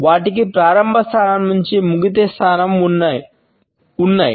వాటికి ప్రారంభ స్థానం మరియు ముగిసే స్థానం ఉన్నాయి